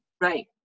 Right